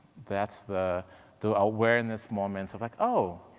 that's the the awareness moments of like oh,